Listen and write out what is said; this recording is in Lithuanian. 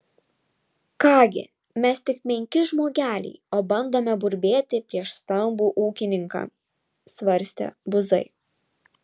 ką gi mes tik menki žmogeliai o bandome burbėti prieš stambų ūkininką svarstė buzai